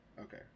Okay